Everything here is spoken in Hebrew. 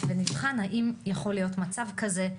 ונבחן האם יכול להיות מצב כזה כן,